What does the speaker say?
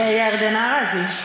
וירדנה ארזי.